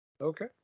Okay